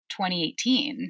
2018